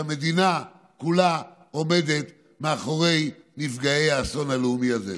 שהמדינה כולה עומדת מאחורי נפגעי האסון הלאומי הזה.